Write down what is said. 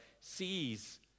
sees